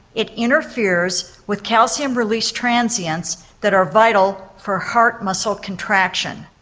it interferes with calcium release transients that are vital for heart muscle contraction.